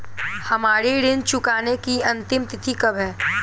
हमारी ऋण चुकाने की अंतिम तिथि कब है?